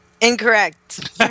Incorrect